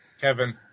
Kevin